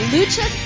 Lucha